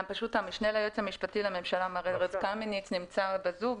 המשנה ליועץ המשפטי לממשלה, ארז קמיניץ, בזום,